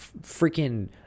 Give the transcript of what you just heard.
freaking